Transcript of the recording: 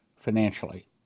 financially